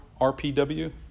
RPW